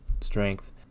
strength